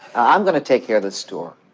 i'm going to take care of the store.